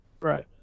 Right